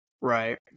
Right